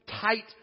tight